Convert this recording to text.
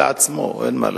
זה כשלעצמו, אין מה להגיד.